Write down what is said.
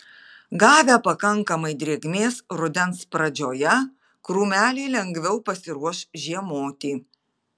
gavę pakankamai drėgmės rudens pradžioje krūmeliai lengviau pasiruoš žiemoti